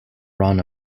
run